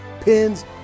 pins